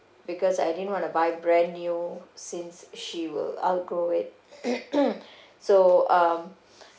because I didn't want to buy brand new since she will outgrow it so um